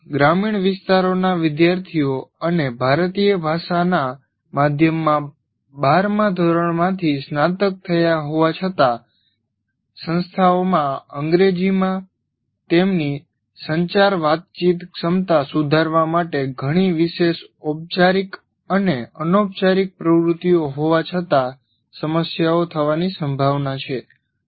વધુમાં ગ્રામીણ વિસ્તારોના વિદ્યાર્થીઓ અને ભારતીય ભાષાના માધ્યમમાં 12 મા ધોરણમાંથી સ્નાતક થયા હોવા છતાં સંસ્થાઓમાં અંગ્રેજીમાં તેમની સંચાર વાતચીત ક્ષમતા સુધારવા માટે ઘણી વિશેષ ઔપચારિક અને અનૌપચારિક પ્રવૃત્તિઓ હોવા છતાં સમસ્યાઓ થવાની સંભાવના છે